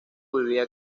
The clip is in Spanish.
vivía